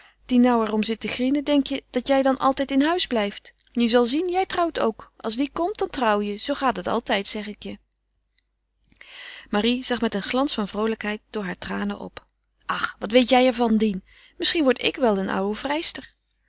die nou er om zit te grienen denk je dat jij dan altijd in huis blijft je zal zien jij trouwt ook als die komt dan trouw je zoo gaat het altijd zeg ik je marie zag met een glans van vroolijkheid door heur tranen op ach wat weet jij ervan dien misschien word ik wel een oude vrijster